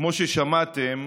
כמו ששמעתם,